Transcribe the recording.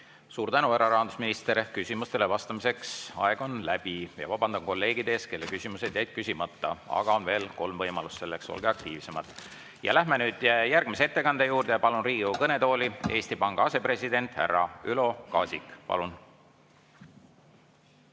Suur tänu, härra rahandusminister! Küsimustele vastamise aeg on läbi. Vabandan kolleegide ees, kelle küsimused jäid küsimata, aga on veel kolm võimalust selleks, olge aktiivsemad. Läheme nüüd järgmise ettekande juurde. Palun Riigikogu kõnetooli Eesti Panga asepresidendi härra Ülo Kaasiku. Palun!